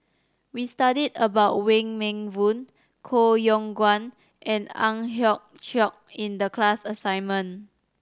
we studied about Wong Meng Voon Koh Yong Guan and Ang Hiong Chiok in the class assignment